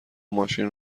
ماشین